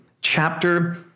chapter